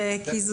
טוב.